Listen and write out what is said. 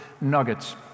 nuggets